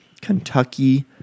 Kentucky